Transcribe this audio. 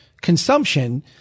consumption